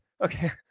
Okay